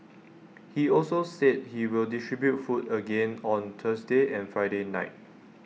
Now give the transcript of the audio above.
he also said he will distribute food again on Thursday and Friday night